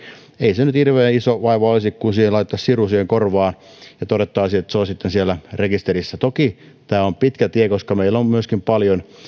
ei se nyt hirveän iso vaiva olisi kun siihen laitettaisiin siru siihen korvaan ja todettaisiin että se on sitten rekisterissä toki tämä on pitkä tie koska meillä on myöskin paljon